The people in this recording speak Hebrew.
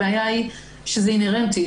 הבעיה היא שזה אינהרנטי.